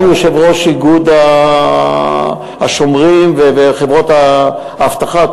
גם יושב-ראש איגוד השומרים וחברות האבטחה,